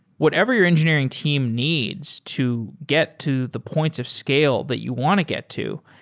whatever your engineering team needs to get to the points of scale that you want to get to,